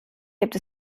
gibt